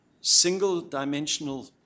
single-dimensional